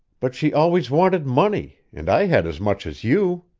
but she always wanted money, and i had as much as you.